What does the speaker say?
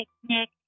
picnic